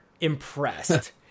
impressed